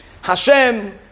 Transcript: Hashem